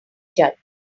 judge